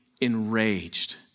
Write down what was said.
enraged